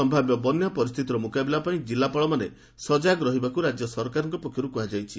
ସମ୍ଭାବ୍ୟ ବନ୍ୟା ପରିସ୍ଥିତିର ମୁକାବିଲା ପାଇଁ ଜିଲ୍ଲାପାଳମାନେ ସଜାଗ ରହିବାକୁ ରାଜ୍ୟ ସରକାରଙ୍କ ପକ୍ଷରୁ କୁହାଯାଇଛି